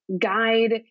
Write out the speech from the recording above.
guide